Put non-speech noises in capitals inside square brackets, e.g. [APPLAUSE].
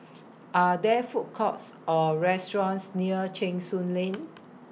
[NOISE] Are There Food Courts Or restaurants near Cheng Soon Lane